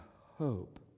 hope